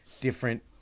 different